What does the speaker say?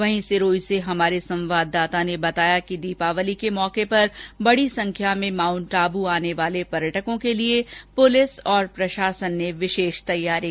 वहीं सिरोही से हमारे संवाददाता ने बताया कि दीपावली के मौके पर बड़ी संख्या में माउंटआबू आने वाले पर्यटकों के लिए पुलिस और प्रशासन ने विशेष तैयारी की है